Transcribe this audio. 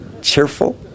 cheerful